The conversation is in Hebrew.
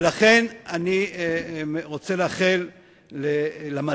ולכן אני רוצה לאחל למדענים,